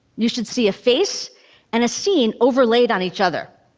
you should see a face and a scene overlaid on each other.